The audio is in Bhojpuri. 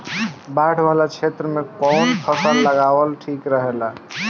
बाढ़ वाला क्षेत्र में कउन फसल लगावल ठिक रहेला?